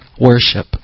worship